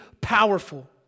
powerful